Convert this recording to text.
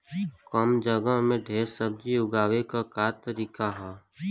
कम जगह में ढेर सब्जी उगावे क का तरीका ह?